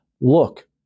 look